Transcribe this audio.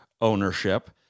ownership